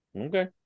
Okay